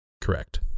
correct